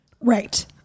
Right